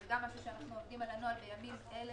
זה גם משהו שאנחנו עובדים על הנוהל בימים אלה.